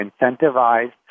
incentivized